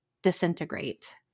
disintegrate